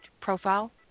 profile